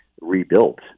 rebuilt